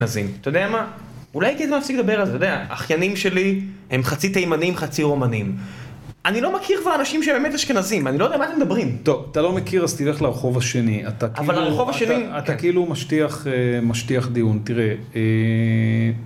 אתה יודע מה? אולי הייתי מפסיק לדבר על זה. אתה יודע, אחיינים שלי הם חצי תימנים, חצי רומנים. אני לא מכיר כבר אנשים שהם באמת אשכנזים. אני לא יודע מה אתם מדברים. טוב, אתה לא מכיר אז תלך לרחוב השני. אבל לרחוב השני... אתה כאילו משטיח דיון. תראה.